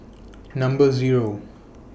Number Zero